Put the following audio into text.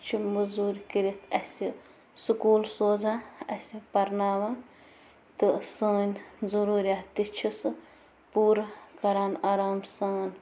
سُہ چھُ موٗزوٗرۍ کٔرِتھ اَسہِ سکوٗل سوزان اَسہِ پرناوان تہٕ سٲنۍ ضرورِیات تہِ چھُ سُہ پورٕ کَران آرام سان